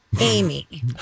Amy